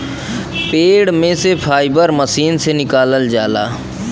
पेड़ में से फाइबर मशीन से निकालल जाला